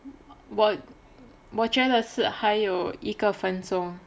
我我觉得是还有一个分钟